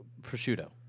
prosciutto